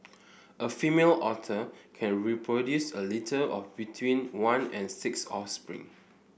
a female otter can produce a litter of between one and six offspring